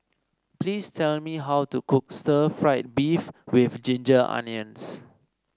please tell me how to cook Stir Fried Beef with Ginger Onions